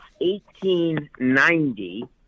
1890